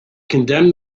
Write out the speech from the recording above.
condemned